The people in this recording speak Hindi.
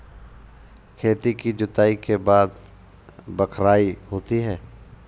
खेती की जुताई के बाद बख्राई होती हैं?